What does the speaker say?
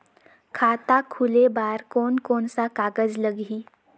खाता खुले बार कोन कोन सा कागज़ लगही?